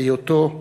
היותו למותו.